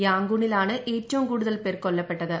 യാങ്കൂണിലാണ് ഏറ്റവും ക്ടൂടുതൽ പേർ കൊല്ലപ്പെട്ടത്